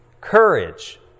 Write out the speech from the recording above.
courage